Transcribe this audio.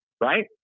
right